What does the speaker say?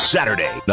Saturday